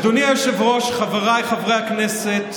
אדוני היושב-ראש, חבריי חברי הכנסת,